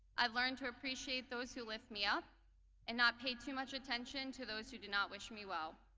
i've learned to appreciate those who lift me up and not pay too much attention to those who do not wish me well.